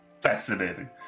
fascinating